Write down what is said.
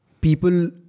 people